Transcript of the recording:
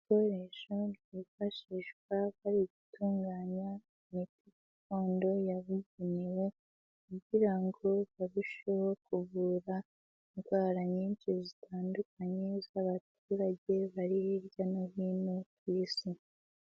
Ibikoresho byifashishwa bari gutunganya imiti gakondo yabugenewe kugira ngo barusheho kuvura indwara nyinshi zitandukanye z'abaturage bari hirya no hino ku isi.